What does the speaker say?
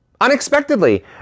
unexpectedly